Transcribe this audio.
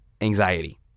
anxiety